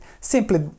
simply